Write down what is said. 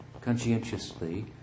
conscientiously